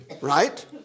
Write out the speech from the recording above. Right